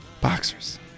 boxers